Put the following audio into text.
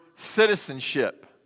citizenship